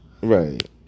Right